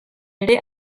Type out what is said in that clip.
ere